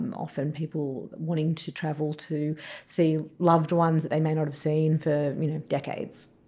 and often people are wanting to travel to see loved ones that they may not have seen for you know decades.